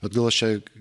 bet gal aš čia